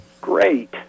Great